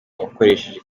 bakoresheje